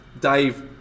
Dave